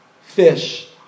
fish